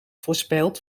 voorspeld